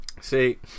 see